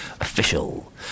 Official